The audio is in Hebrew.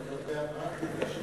לגבי הפרקטיקה של זה.